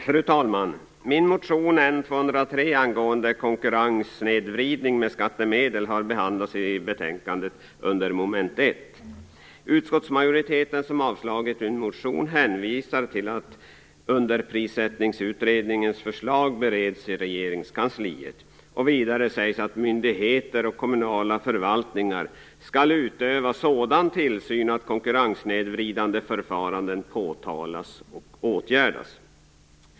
Fru talman! Min motion N203 angående konkurrenssnedvridning med skattemedel behandlas i betänkandet under mom. 1. Utskottsmajoriteten, som avstyrkt min motion, hänvisar till att Underprissättningsutredningens förslag bereds i Regeringskansliet. Vidare sägs det att myndigheter och kommunala förvaltningar skall utöva sådan tillsyn att konkurrenssnedvridande förfaranden påtalas och åtgärdas.